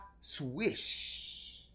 Swish